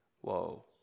Whoa